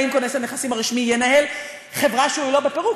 והאם כונס הנכסים הרשמי ינהל חברה שהיא לא בפירוק,